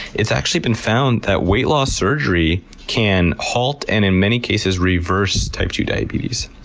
it's actually been found that weight loss surgery can halt, and in many cases reverse, type two diabetes.